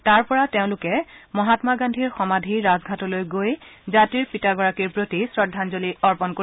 তাৰ পৰা তেওঁলোকে মহামা গান্ধীৰ সমাধি ৰাজঘাটলৈ গৈ জাতিৰ পিতাগৰাকীৰ প্ৰতি শ্ৰদ্ধাঞ্জলি অৰ্পন কৰিব